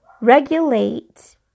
regulate